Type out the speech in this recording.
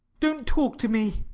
don't talk to me.